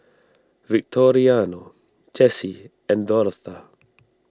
Victoriano Jessi and Dortha